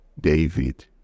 David